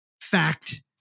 fact